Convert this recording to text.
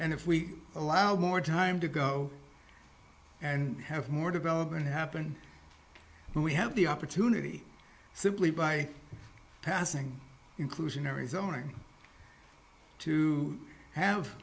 and if we allow more time to go and have more development happen and we have the opportunity simply by passing inclusionary zoning to have